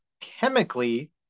chemically